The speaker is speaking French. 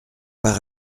par